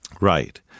Right